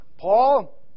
Paul